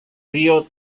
río